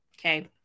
Okay